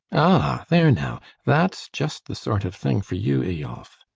ah, there now that's just the sort of thing for you, eyolf.